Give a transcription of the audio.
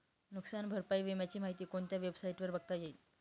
नुकसान भरपाई विम्याची माहिती कोणत्या वेबसाईटवर बघता येईल?